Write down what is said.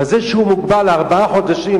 אבל זה שהוא מוגבל לארבעה חודשים,